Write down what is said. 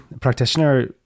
practitioner